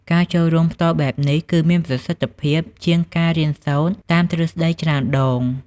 ការចូលរួមផ្ទាល់បែបនេះ គឺមានប្រសិទ្ធភាពជាងការរៀនសូត្រតាមទ្រឹស្តីច្រើនដង។